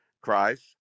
Christ